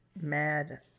mad